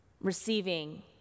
Receiving